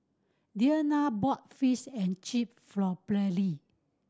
Deanna bought Fish and Chip for Perley